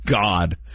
God